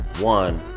One